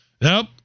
Nope